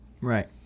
right